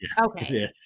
Okay